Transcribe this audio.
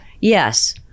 Yes